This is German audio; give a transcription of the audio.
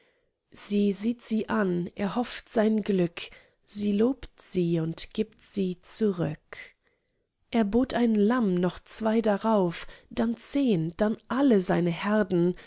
sie sieht sie an er hofft sein glück sie lobt sie und gibt sie zurück er bot ein lamm noch zwei darauf dann zehn dann alle seine herden